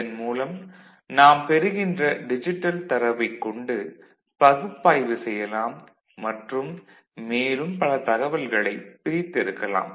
இதன் மூலம் நாம் பெறுகின்ற டிஜிட்டல் தரவைக் கொண்டு பகுப்பாய்வு செய்யலாம் மற்றும் மேலும் பல தகவல்களைப் பிரித்தெடுக்கலாம்